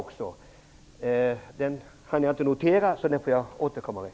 Den hann jag tyvärr inte notera, så den får jag återkomma till.